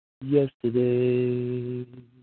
Yesterday